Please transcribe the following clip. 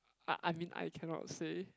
I I mean I cannot say